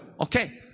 Okay